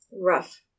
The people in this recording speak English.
Rough